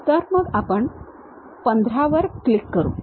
तर मग आपण 15 वर क्लिक करू